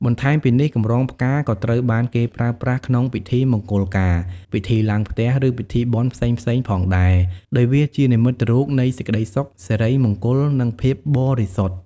បន្ថែមពីនេះ កម្រងផ្កាក៏ត្រូវបានគេប្រើប្រាស់ក្នុងពិធីមង្គលការ ពិធីឡើងផ្ទះ ឬពិធីបុណ្យផ្សេងៗផងដែរ ដោយវាជានិមិត្តរូបនៃសេចក្ដីសុខ សិរីមង្គល និងភាពបរិសុទ្ធ។